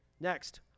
Next